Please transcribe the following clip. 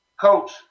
Coach